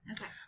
Okay